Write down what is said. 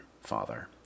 Father